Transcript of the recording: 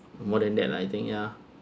more than that lah I think ya